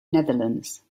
netherlands